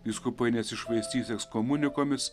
vyskupai nesišvaistys ekskomunikomis